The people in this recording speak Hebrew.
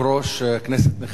כנסת נכבדה,